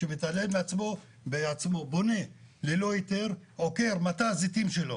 שמתעלל בעצמו, בונה ללא היתר, עוקר מטע זיתים שלו